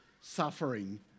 suffering